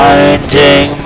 Finding